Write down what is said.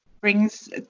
brings